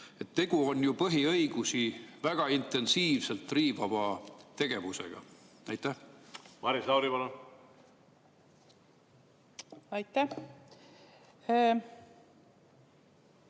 Tegu on ju põhiõigusi väga intensiivselt riivava tegevusega. Maris Lauri, palun!